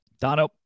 Dono